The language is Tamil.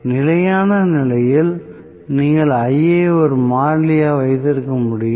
நிலையான நிலையில் நீங்கள் Ia ஐ ஒரு மாறிலியாக வைத்திருக்க முடியும்